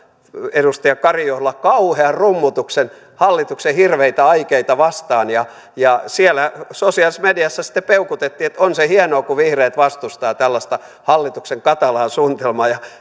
edustaja karin johdolla kauhean rummutuksen hallituksen hirveitä aikeita vastaan siellä sosiaalisessa mediassa sitten peukutettiin että on se hienoa kun vihreät vastustavat tällaista hallituksen katalaa suunnitelmaa ja ainoa